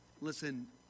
Listen